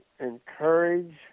encourage